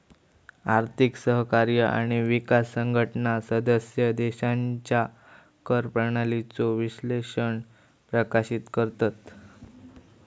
आर्थिक सहकार्य आणि विकास संघटना सदस्य देशांच्या कर प्रणालीचो विश्लेषण प्रकाशित करतत